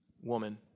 woman